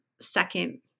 second